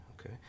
okay